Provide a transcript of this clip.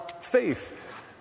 faith